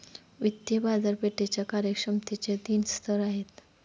वित्तीय बाजारपेठेच्या कार्यक्षमतेचे तीन स्तर आहेत